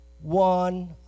one